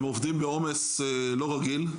הם עובדים בעומס לא רגיל.